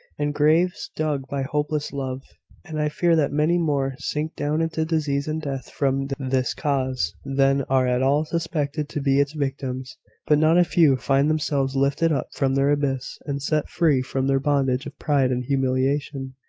and graves dug by hopeless love and i fear that many more sink down into disease and death from this cause, than are at all suspected to be its victims but not a few find themselves lifted up from their abyss, and set free from their bondage of pride and humiliation.